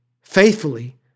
faithfully